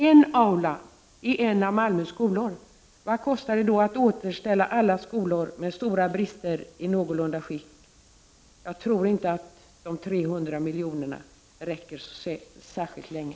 En aula i en av Malmös skolor! Vad skulle det komma att kosta att återställa alla skolor med stora brister i någorlunda skick? Jag tror inte att dessa 300 miljoner räcker så särskilt länge.